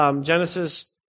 Genesis